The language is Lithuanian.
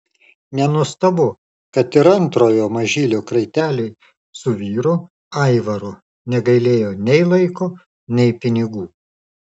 nenuostabu kad ir antrojo mažylio kraiteliui su vyru aivaru negailėjo nei laiko nei pinigų